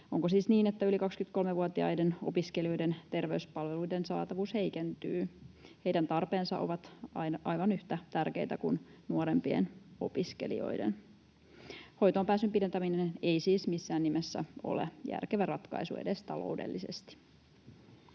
Onko siis niin, että yli 23-vuotiaiden opiskelijoiden terveyspalveluiden saatavuus heikentyy? Heidän tarpeensa ovat aivan yhtä tärkeitä kuin nuorempien opiskelijoiden. Hoitoonpääsyn pidentäminen ei siis missään nimessä ole järkevä ratkaisu edes taloudellisesti.